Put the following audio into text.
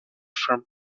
from